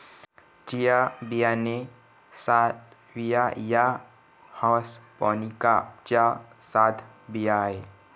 chia बियाणे salvia या hispanica चे खाद्य बियाणे आहे